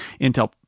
intel